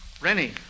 Rennie